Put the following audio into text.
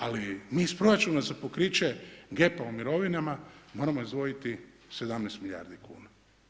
Ali mi iz proračuna za pokriće … u mirovinama moramo izdvojiti 17 milijardi kuna.